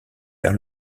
vers